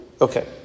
Okay